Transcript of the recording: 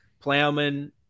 Plowman